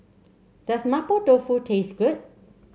does Mapo Tofu taste good